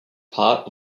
part